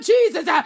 Jesus